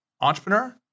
entrepreneur